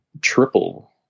triple